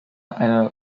eine